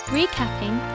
Recapping